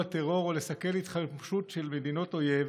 טרור או לסכל התחמשות של מדינות אויב,